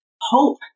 hope